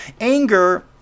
anger